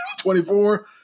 24